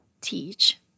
teach